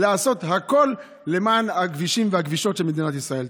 לעשות הכול למען הכבישים והכבישות של מדינת ישראל.